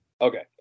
Okay